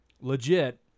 legit